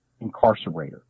incarcerator